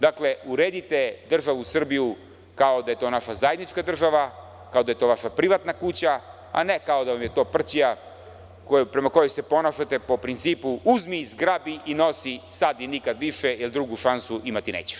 Dakle, uredite državu Srbija kao da je to naša zajednička država, kao da je to vaša privatna kuća, a ne kao da je prćija prema kojoj se ponašati po principu – uzmi, zgrabi i nosi sada i nikad više, jer drugu šansu imati nećeš.